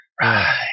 Right